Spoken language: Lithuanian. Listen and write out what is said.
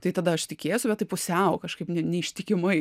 tai tada aš tikėsiu bet taip pusiau kažkaip ne neištikimai